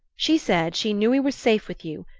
she said she knew we were safe with you,